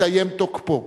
יסתיים תוקפו.